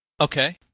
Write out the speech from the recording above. Okay